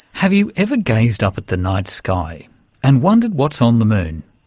have you ever gazed up at the night sky and wondered what's on the moon,